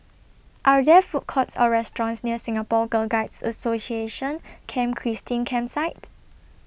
Are There Food Courts Or restaurants near Singapore Girl Guides Association Camp Christine Campsite